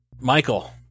Michael